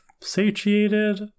satiated